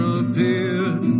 appeared